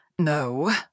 No